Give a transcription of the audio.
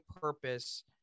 purpose